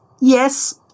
Yes